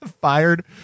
fired